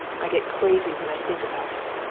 i get crazy when i think about it.